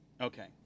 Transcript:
Okay